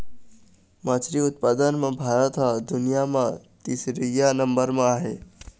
मछरी उत्पादन म भारत ह दुनिया म तीसरइया नंबर म आहे